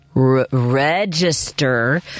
Register